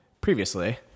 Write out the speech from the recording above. previously